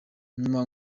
nyuma